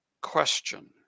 question